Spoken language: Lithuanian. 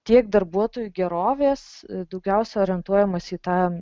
tiek darbuotojų gerovės daugiausia orientuojamasi į tą